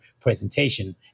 presentation